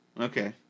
Okay